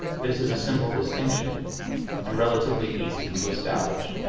this is a simple distinction and relatively easy to establish.